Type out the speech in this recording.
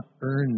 earn